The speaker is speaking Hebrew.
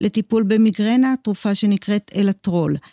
לטיפול במיגרנה, תרופה שנקראת אלטרולט.